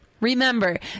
Remember